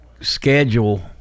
schedule